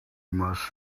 must